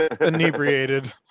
inebriated